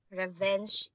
revenge